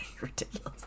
Ridiculous